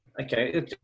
Okay